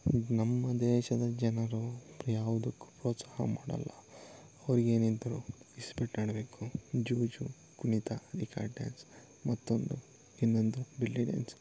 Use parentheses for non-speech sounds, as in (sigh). ನಮ್ಮ ದೇಶದ ಜನರು ಯಾವುದಕ್ಕೂ ಪ್ರೋತ್ಸಾಹ ಮಾಡಲ್ಲ ಅವ್ರಿಗೇನಿದ್ರೂ ಇಸ್ಪೀಟು ಆಡಬೇಕು ಜೂಜು ಕುಣಿತ (unintelligible) ಡ್ಯಾನ್ಸ್ ಮತ್ತೊಂದು ಇನ್ನೊಂದು ಬೆಲ್ಲಿ ಡ್ಯಾನ್ಸ್